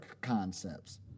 concepts